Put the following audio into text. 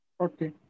Okay